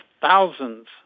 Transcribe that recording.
thousands